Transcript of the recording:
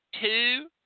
two